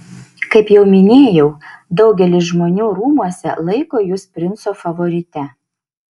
kaip jau minėjau daugelis žmonių rūmuose laiko jus princo favorite